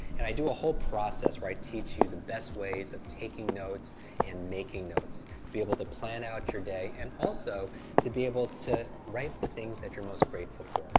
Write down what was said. and i do a whole process where i teach you the best ways of taking notes and making notes to be able to plan out your day and also to be able to write the things that you're most grateful for.